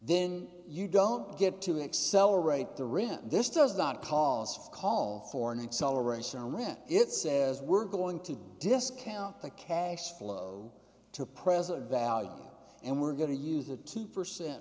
then you don't get to accelerate the rint this does not cause call for an acceleration or rent it says we're going to discount the cash flow to present value and we're going to use a two percent